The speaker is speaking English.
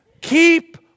Keep